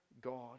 God